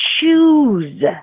choose